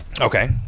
Okay